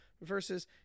versus